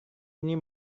ini